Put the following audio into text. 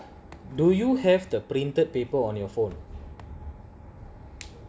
do you have the printed paper on your phone